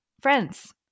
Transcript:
friends